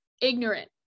ignorant